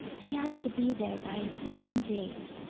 she has to be there by a certain date.